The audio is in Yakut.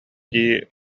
дии